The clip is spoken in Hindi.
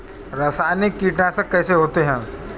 रासायनिक कीटनाशक कैसे होते हैं?